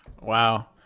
wow